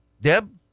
Deb